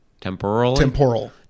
Temporally